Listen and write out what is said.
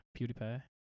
PewDiePie